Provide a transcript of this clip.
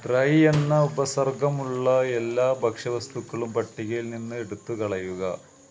dry എന്ന ഉപസര്ഗ്ഗം ഉള്ള എല്ലാ ഭക്ഷ്യവസ്തുക്കളും പട്ടികയിൽ നിന്ന് എടുത്തുകളയുക